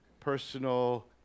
personal